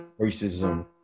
racism